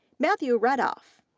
matthew retoff,